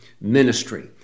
ministry